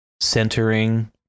Centering